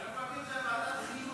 הייתי מעביר את זה לוועדת חינוך.